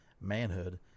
manhood